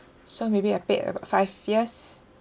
so maybe I paid about five years